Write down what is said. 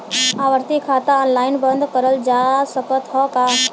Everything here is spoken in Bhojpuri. आवर्ती खाता ऑनलाइन बन्द करल जा सकत ह का?